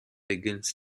begins